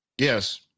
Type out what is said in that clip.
Yes